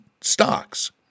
stocks